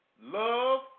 love